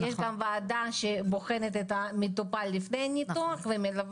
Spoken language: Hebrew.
יש גם וועדה שבוחנת את המטופל לפני הניתוח ומלווה אותו.